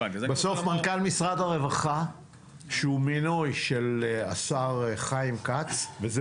בסוף מנכ"ל משרד הרווחה שהוא מינוי של השר חיים כץ וזה